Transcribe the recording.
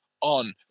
on